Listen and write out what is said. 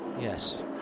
Yes